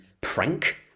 prank